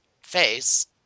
face